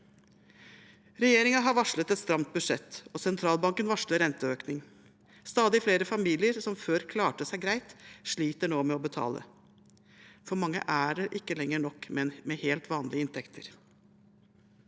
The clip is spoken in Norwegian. Regjeringen har varslet et stramt budsjett, og sentralbanken varsler renteøkning. Stadig flere familier som før klarte seg greit, sliter nå med å betale. For mange er det ikke lenger nok med helt vanlige inntekter.